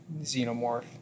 xenomorph